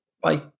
Bye